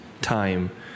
time